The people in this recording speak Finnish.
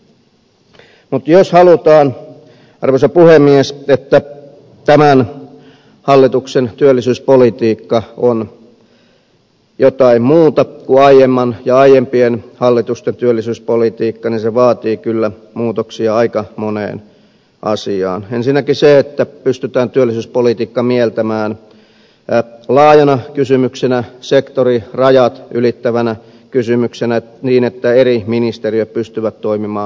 mutta jos halutaan arvoisa puhemies että tämän hallituksen työllisyyspolitiikka on jotain muuta kuin aiemman hallituksen ja aiempien hallitusten työllisyyspolitiikka niin se vaatii kyllä muutoksia aika moneen asiaan ensinnäkin se että pystytään työllisyyspolitiikka mieltämään laajana kysymyksenä sektorirajat ylittävänä kysymyksenä niin että eri ministeriöt pystyvät toimimaan saman suuntaisesti